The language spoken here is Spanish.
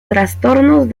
trastornos